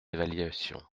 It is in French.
évaluation